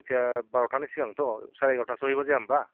जायखिया बार'थानि सिगां थ साराय एगारथासोआव हैबा जाया होमबा